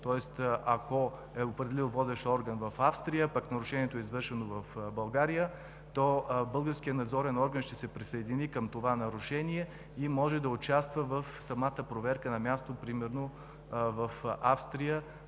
Тоест, ако е определил водещ орган в Австрия, а пък нарушението е извършено в България, то българският надзорен орган ще се присъедини към това нарушение и може да участва в проверката на място – примерно в Австрия,